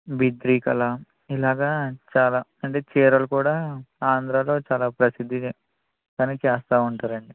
బిద్రి కళ ఇలాగా చాలా అంటే చీరలు కూడా ఆంధ్రాలో చాలా ప్రసిద్ధిగానే చేస్తూ ఉంటారండి